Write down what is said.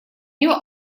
нее